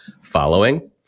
following